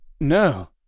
No